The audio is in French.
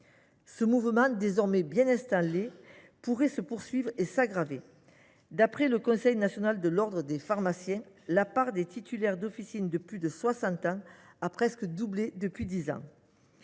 tendance, désormais nette, pourrait se poursuivre et s’aggraver : d’après le Conseil national de l’ordre des pharmaciens (Cnop), la part des titulaires d’officine de plus de 60 ans a presque doublé depuis dix ans.